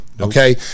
okay